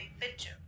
picture